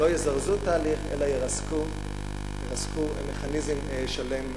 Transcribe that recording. לא יזרזו תהליך אלא ירסקו מכניזם שלם,